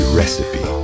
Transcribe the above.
recipe